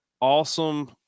awesome